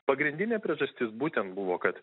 pagrindinė priežastis būtent buvo kad